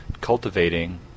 cultivating